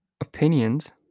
opinions